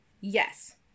yes